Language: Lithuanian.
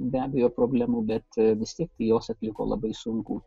be abejo problemų bet vis tiek jos atliko labai sunkų